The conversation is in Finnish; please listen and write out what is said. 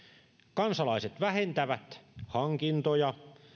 kansalaiset vähentävät hankintoja